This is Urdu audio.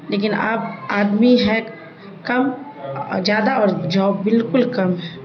لیکن اب آدمی ہے کم زیادہ اور جاب بالکل کم ہے